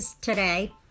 today